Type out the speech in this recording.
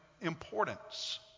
importance